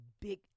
big